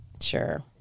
sure